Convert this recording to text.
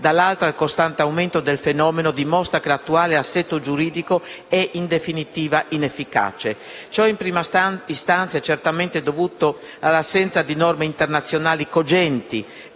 dall'altra, il costante aumento del fenomeno dimostra che l'attuale assetto giuridico è in definitiva inefficace. Ciò in prima istanza è certamente dovuto dall'assenza di norme internazionali cogenti,